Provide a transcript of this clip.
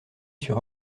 sur